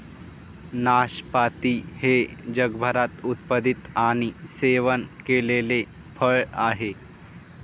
नाशपाती हे जगभरात उत्पादित आणि सेवन केलेले फळ आहे